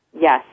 Yes